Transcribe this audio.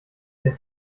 der